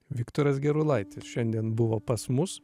viktoras gerulaitis šiandien buvo pas mus